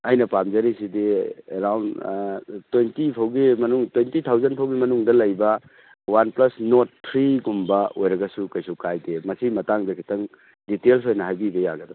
ꯑꯩꯅ ꯄꯥꯝꯖꯔꯤꯁꯤꯗꯤ around twenty ꯐꯥꯎꯒꯤ ꯃꯅꯨꯡ ꯇ꯭ꯋꯦꯟꯇꯤ ꯊꯥꯎꯖꯟ ꯐꯥꯎꯒꯤ ꯃꯅꯨꯡꯗ ꯂꯩꯕ ꯋꯥꯟ ꯄ꯭ꯂꯁ ꯅꯣꯠ ꯊ꯭ꯔꯤꯒꯨꯝꯕ ꯑꯣꯏꯔꯒꯁꯨ ꯀꯔꯤꯁꯨ ꯀꯥꯏꯗꯦ ꯃꯁꯤ ꯃꯇꯥꯡꯗ ꯈꯛꯇꯪ ꯗꯤꯇꯦꯜꯁ ꯑꯣꯏꯅ ꯍꯥꯏꯕꯤꯕ ꯌꯥꯒꯗ꯭ꯔ